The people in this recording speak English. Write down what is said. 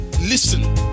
Listen